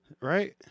Right